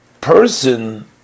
person